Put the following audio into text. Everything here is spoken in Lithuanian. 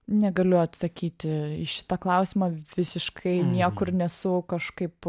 negaliu atsakyti į šitą klausimą visiškai niekur nesu kažkaip